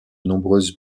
nombreuses